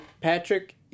Patrick